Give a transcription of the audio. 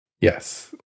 Yes